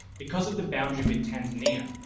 because of the boundary with tanzania,